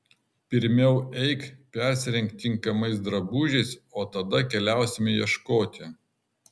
pirmiau eik persirenk tinkamais drabužiais o tada keliausime ieškoti